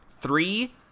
three